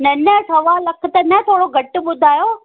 न न सवा लख त न थोरो घटि ॿुधायो